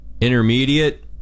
intermediate